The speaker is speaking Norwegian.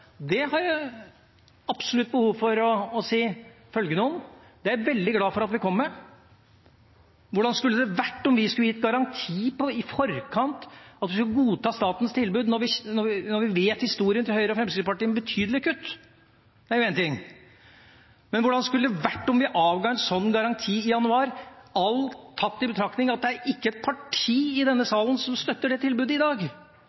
januar har jeg absolutt behov for å si følgende om: Det er jeg veldig glad for at vi kom med. Hvordan skulle det vært om vi skulle gitt garanti i forkant, at vi skulle godta statens tilbud, når vi vet historien til Høyre og Fremskrittspartiet, med betydelige kutt? Det er jo én ting. Men hvordan skulle det vært om vi avga en sånn garanti i januar, tatt i betraktning at det ikke er ett parti i denne salen som støtter det tilbudet i dag?